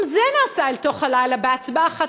גם זה נעשה אל תוך הלילה בהצבעה אחת